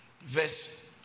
verse